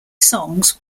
songs